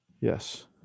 Yes